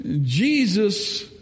jesus